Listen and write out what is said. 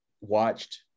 watched